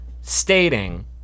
stating